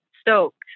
stoked